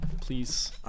Please